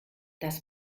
das